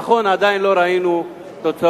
נכון, עדיין לא ראינו תוצאות.